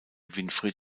winfried